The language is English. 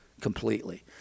completely